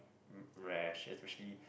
rash especially